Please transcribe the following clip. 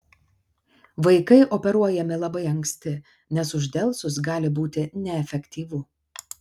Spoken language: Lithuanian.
vaikai operuojami labai anksti nes uždelsus gali būti neefektyvu